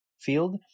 field